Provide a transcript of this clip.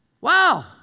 Wow